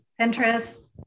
Pinterest